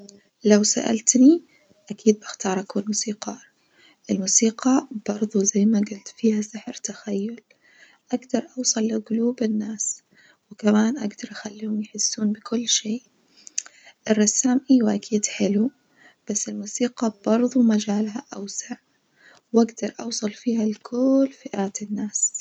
لو سألتني أكيد بختار أكون موسيقار الموسيقى برظه زي ما جلت فيها سحر تخيل أجدر أوصل لجلوب الناس وكمان أجدر أخليهم يحسون بكل شي، الرسام أيوة أكيد حلو بس الموسيقى برظه مجالها أوسع، وأجدر أوصل فيها لكلل فئات الناس.